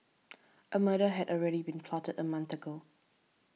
a murder had already been plotted a month ago